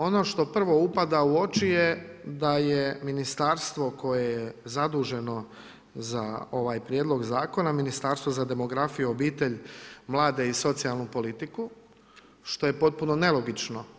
Ono što prvo upada u oči je da je ministarstvo koje je zaduženo za ovaj prijedlog zakona, Ministarstvo za demografiju, obitelj, mlade i socijalnu politiku što je potpuno nelogično.